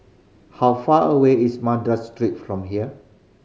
how far away is Street from here